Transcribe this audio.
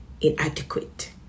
inadequate